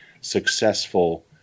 successful